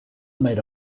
made